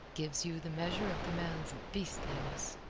gives you the measure of the man's beastliness.